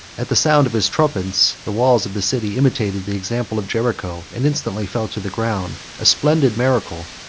at the sound of his trumpets the walls of the city imitated the example of jericho, and instantly fell to the ground a splendid miracle,